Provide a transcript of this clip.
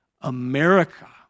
America